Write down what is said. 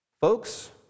Folks